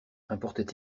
importait